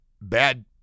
Bad